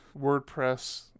WordPress